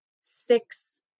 six